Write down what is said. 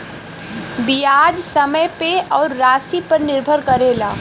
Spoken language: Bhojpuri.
बियाज समय पे अउर रासी पे निर्भर करेला